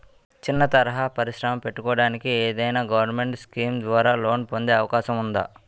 చిన్న తరహా పరిశ్రమ పెట్టుకోటానికి ఏదైనా గవర్నమెంట్ స్కీం ద్వారా లోన్ పొందే అవకాశం ఉందా?